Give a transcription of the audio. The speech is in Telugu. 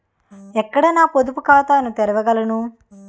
ఎక్కడ నా పొదుపు ఖాతాను తెరవగలను?